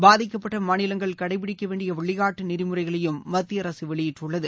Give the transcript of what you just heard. பாதிக்கப்பட்ட மாநிலங்கள் கடைபிடிக்க வேண்டிய வழிகாட்டு நெறிமுறைகளையும் மத்திய அரசு வெளியிட்டுள்ளது